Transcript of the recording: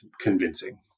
convincing